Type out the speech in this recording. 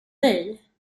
dig